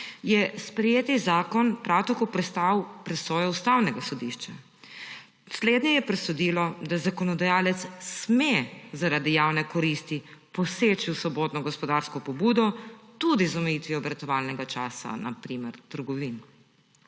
je sprejeti zakon prav tako prestal presojo Ustavnega sodišča. Slednje je presodilo, da zakonodajalec sme zaradi javne koristi poseči v svobodno gospodarsko pobudo tudi z omejitvijo obratovalnega časa na primer trgovin.